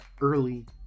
early